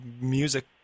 music